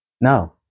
No